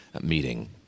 meeting